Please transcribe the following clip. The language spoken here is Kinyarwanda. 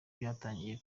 byatangiye